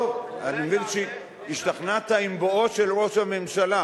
טוב, אני מבין שהשתכנעת עם בואו של ראש הממשלה.